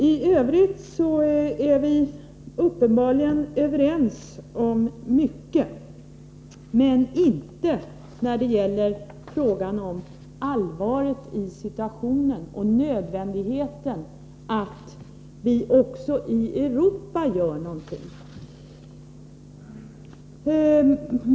I övrigt är vi uppenbarligen överens om mycket, men inte när det gäller allvatet i situationen och nödvändigheten av att vi också i Europa gör någonting.